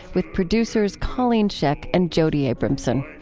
with producers colleen scheck and jody abramson.